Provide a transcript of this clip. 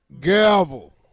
Gavel